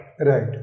Right